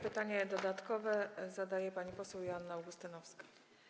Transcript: Pytanie dodatkowe zadaje pani poseł Joanna Augustynowska.